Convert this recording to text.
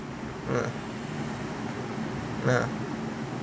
mm uh uh